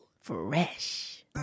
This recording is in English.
fresh